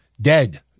dead